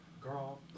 Girl